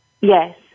Yes